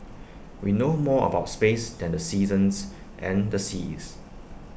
we know more about space than the seasons and the seas